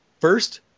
first